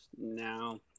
now